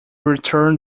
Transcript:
return